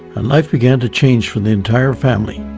and life began to change for the entire family.